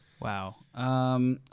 Wow